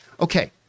Okay